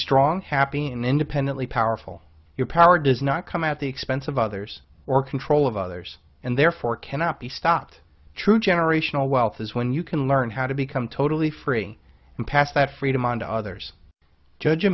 strong happy and dependently powerful your power does not come at the expense of others or control of others and therefore cannot be stopped true generational wealth is when you can learn how to become totally free pass that freedom on to others judge a